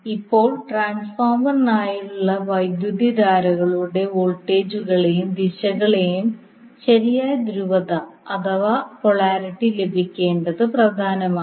ഇപ്പോൾ ട്രാൻസ്ഫോർമറിനായുള്ള വൈദ്യുതധാരകളുടെ വോൾട്ടേജുകളുടെയും ദിശകളുടെയും ശരിയായ ധ്രുവത അഥവാ പൊളാരിറ്റി ലഭിക്കേണ്ടത് പ്രധാനമാണ്